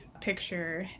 picture